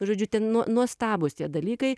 žodžiu ten nuo nuostabūs tie dalykai